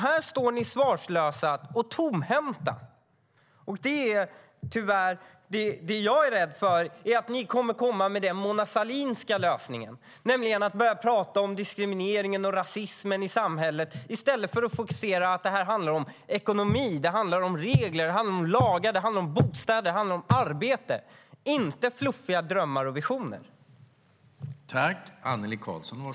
Här står ni svarslösa och tomhänta. Det jag är rädd för är att ni kommer att komma med den Mona Sahlinska lösningen, nämligen att börja tala om diskrimineringen och rasismen i samhället i stället för att fokusera på att det handlar om ekonomi, regler, lagar, bostäder och arbete och inte fluffiga drömmar och visioner.